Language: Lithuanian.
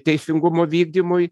teisingumo vykdymui